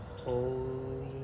Holy